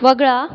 वगळा